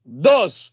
dos